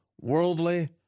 worldly